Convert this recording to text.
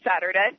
Saturday